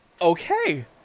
Okay